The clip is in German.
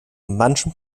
manchem